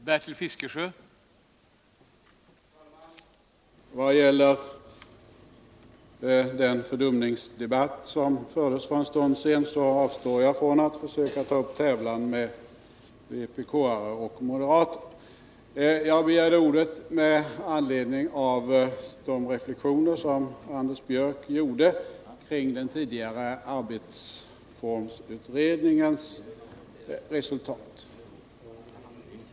Herr talman! Vad gäller den fördumningsdebatt som för en stund sedan fördes avstår jag från att försöka ta upp tävlan med vpk-are och moderater. Jag begärde ordet med anledning av de reflexioner som Anders Björck gjorde kring den tidigare arbetsformsutredningens resultat.